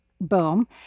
boom